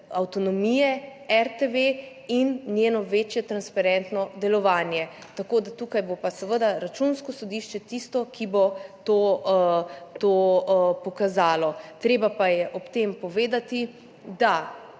avtonomije RTV in njeno večje transparentno delovanje, tako da tukaj bo pa seveda Računsko sodišče tisto, ki bo to pokazalo. Treba pa je ob tem povedati, da